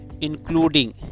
including